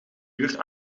uur